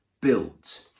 built